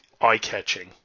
eye-catching